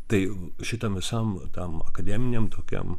tai šitam visam tam akademiniam tokiam